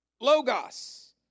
Logos